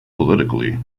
politically